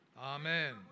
Amen